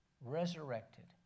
Resurrected